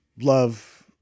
love